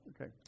Okay